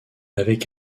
avec